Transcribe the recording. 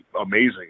amazing